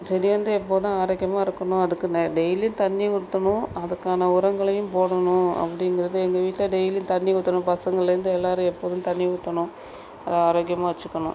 செடி வந்து எப்போதும் ஆரோக்கியமாக இருக்கணும் அதுக்கு ந டெய்லியும் தண்ணி ஊற்றணும் அதுக்கான உரங்களையும் போடணும் அப்படிங்குறது எங்கள் வீட்டில் டெய்லியும் தண்ணி ஊற்றுறோம் பசங்கலேருந்து எல்லோரும் எப்போதும் தண்ணி ஊற்றணும் அதை ஆரோக்கியமாக வச்சுக்கணும்